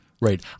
Right